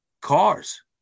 Cars